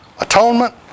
atonement